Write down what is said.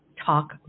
Talk